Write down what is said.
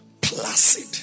placid